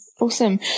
awesome